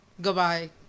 Goodbye